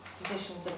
Positions